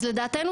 אז לדעתנו,